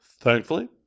Thankfully